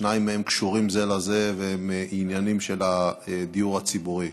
שניים מהם קשורים זה לזה והם עניינים של הדיור הציבורי.